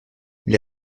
les